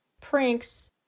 pranks